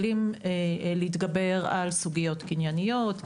כלים להתגבר על סוגיות קנייניות,